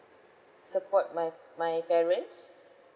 support my my parents